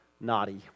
naughty